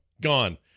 gone